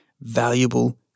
valuable